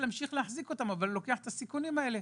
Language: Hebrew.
להמשיך להחזיק אותם ולוקח את הסיכונים האלה.